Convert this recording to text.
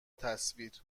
تصاویر